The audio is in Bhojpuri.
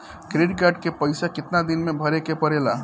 क्रेडिट कार्ड के पइसा कितना दिन में भरे के पड़ेला?